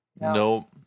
No